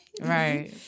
Right